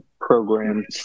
Programs